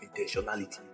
intentionality